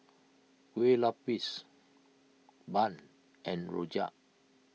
Kue Lupis Bun and Rojak